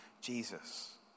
Jesus